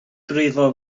brifo